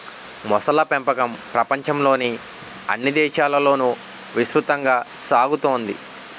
మొసళ్ళ పెంపకం ప్రపంచంలోని అన్ని దేశాలలోనూ విస్తృతంగా సాగుతోంది